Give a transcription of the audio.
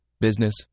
Business